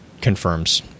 confirms